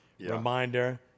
reminder